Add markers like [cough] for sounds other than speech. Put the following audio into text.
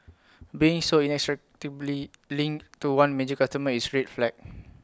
being so [unintelligible] linked to one major customer is red flag